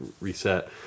reset